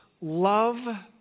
love